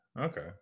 okay